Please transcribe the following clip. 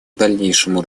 дальнейшему